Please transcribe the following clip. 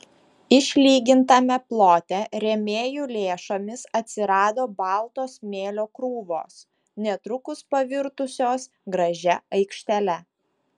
išlygintame plote rėmėjų lėšomis atsirado balto smėlio krūvos netrukus pavirtusios gražia aikštele